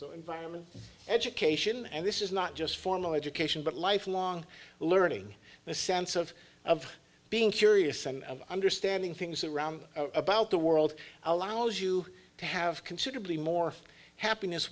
the environment education and this is not just formal education but lifelong learning and a sense of of being curious and understanding things around about the world allows you to have considerably more happiness